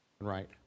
Right